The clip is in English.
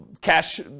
cash